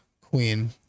Queen